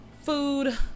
food